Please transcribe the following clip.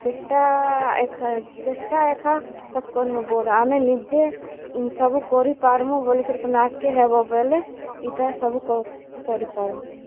ଚେଷ୍ଟା ଏକା ଚେଷ୍ଟା ଏକା ସବ୍କର୍ ନୁ ବଡ଼୍ ଆମେ ନିଜେ ସବୁ କରିପାର୍ମୁ ବୋଲିକରି ତମେ ଆଗ୍କେ ହେବ ବେଲେ ଇଟା ସବୁ କିଛି କରିପାର୍ବ